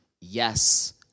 Yes